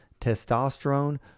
testosterone